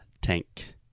tank